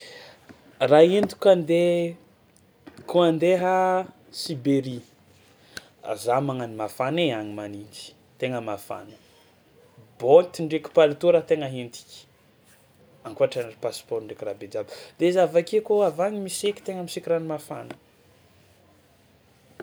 Raha entiko ka andeha koa andeha Siberia: a za magnano mafana ai any manintsy, tegna mafana, baoty ndraiky palitao raha tegna entiky, ankoatran'ny passeport ndraiky raha be jiaby, de izy avy ake koa avy agny misaiky tegna misaiky rano mafana.